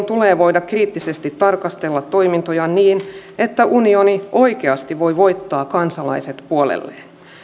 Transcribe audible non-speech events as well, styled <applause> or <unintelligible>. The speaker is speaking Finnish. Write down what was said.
<unintelligible> tulee voida kriittisesti tarkastella toimintojaan niin että unioni oikeasti voi voittaa kansalaiset puolelleen